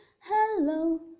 hello